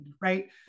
right